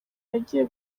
yagiye